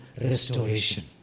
restoration